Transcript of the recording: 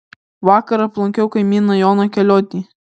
vakar aplankiau kaimyną joną keliotį